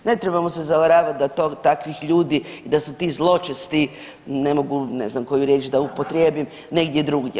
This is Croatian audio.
Ne trebamo se zavaravati da to, takvih ljudi i da su ti zločesti ne mogu, ne znam koju riječ da upotrijebim negdje drugdje.